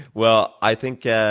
well, i think yeah